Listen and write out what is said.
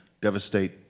devastate